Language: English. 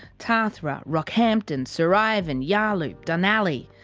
tathra. rockhampton. sir ivan. yarloop. dunalley.